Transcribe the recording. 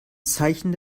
zeichen